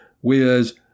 whereas